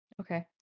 Okay